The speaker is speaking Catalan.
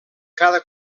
cada